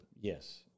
Yes